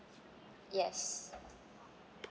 yes